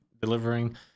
delivering